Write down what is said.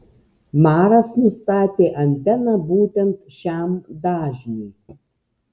maras nustatė anteną būtent šiam dažniui